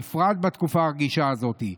בפרט בתקופה הרגישה הזאת,